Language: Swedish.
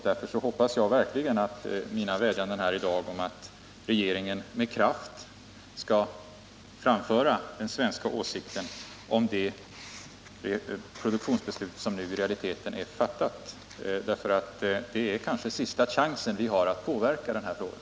Därför hoppas jag verkligen att mina vädjanden i dag om att regeringen med kraft skall framföra den svenska åsikten om det produktionsbeslut som nu i realiteten är fattat skall vinna gehör. Det är kanske den sista chans vi har att påverka den här frågan.